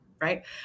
right